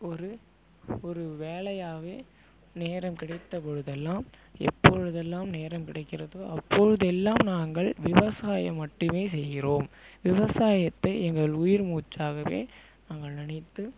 ஒரு ஒரு வேலையாகவே நேரம் கிடைத்த பொழுதெல்லாம் எப்பொழுதெல்லாம் நேரம் கிடைக்கிறதோ அப்பொழுதெல்லாம் நாங்கள் விவசாயம் மட்டுமே செய்கிறோம் விவசாயத்தை எங்கள் உயிர் மூச்சாகவே நாங்கள் நினைத்து